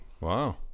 Wow